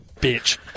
bitch